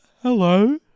Hello